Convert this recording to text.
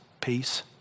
peace